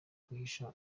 kwihisha